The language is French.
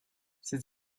ses